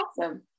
awesome